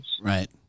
Right